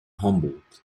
humboldt